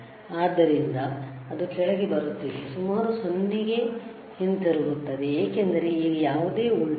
ಆದ್ದರಿಂದ ಅದು ಕೆಳಗೆ ಬರುತ್ತಿದೆ ಸುಮಾರು 0 ಗೆ ಹಿಂತಿರುಗುತ್ತದೆ ಏಕೆಂದರೆ ಈಗ ಯಾವುದೇ ವೋಲ್ಟೇಜ್ ಇಲ್ಲ